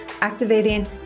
activating